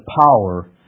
power